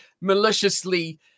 maliciously